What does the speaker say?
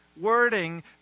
wording